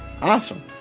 Awesome